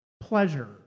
pleasure